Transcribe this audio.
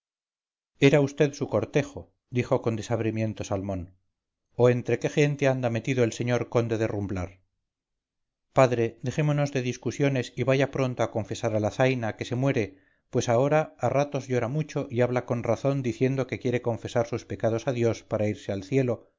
era vd su cortejo dijo con desabrimiento salmón oh entre qué gente anda metido el señor conde de rumblar padre dejémonos de discusiones y vaya pronto a confesar a la zaina que se muere pues ahora a ratos llora mucho y habla con razón diciendo que quiere confesar sus pecados a dios para irse al cielo